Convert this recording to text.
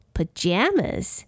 Pajamas